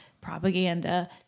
propaganda